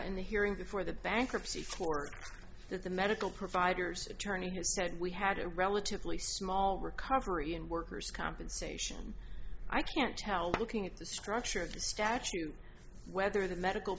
in the hearing before the bankruptcy florida that the medical providers attorneys said we had a relatively small recovery in workers compensation i can't tell by looking at the structure of the statute whether the medical